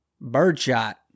birdshot